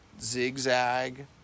zigzag